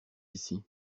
ici